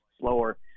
slower